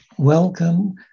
welcome